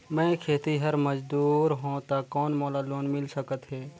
मैं खेतिहर मजदूर हों ता कौन मोला लोन मिल सकत हे का?